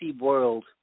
world